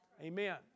Amen